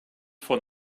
von